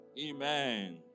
Amen